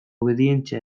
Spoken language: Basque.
obedientzia